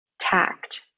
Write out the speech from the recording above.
tact